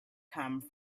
come